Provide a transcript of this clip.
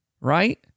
Right